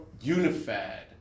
unified